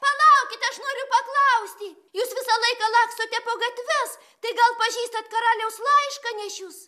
palaukit aš noriu paklausti jūs visą laiką lakstote po gatves tai gal pažįstat karaliaus laiškanešius